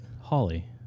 Holly